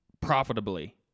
profitably